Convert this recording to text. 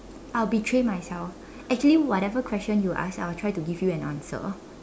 I'll betray myself actually whatever question you ask I will try to give you an answer